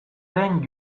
den